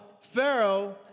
Pharaoh